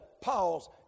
pause